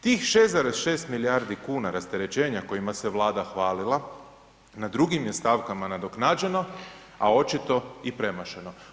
Tih 6,6 milijardi kuna rasterećenja kojima se Vlada hvalila na drugim je stavkama nadoknađeno, a očito i premašeno.